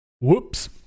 whoops